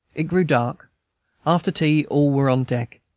it grew dark after tea all were on deck,